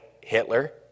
Hitler